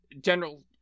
general